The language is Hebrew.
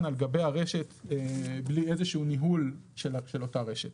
על גבי הרשת בלי איזשהו ניהול של אותה רשת.